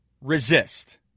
resist